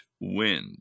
wind